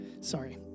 Sorry